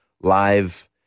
live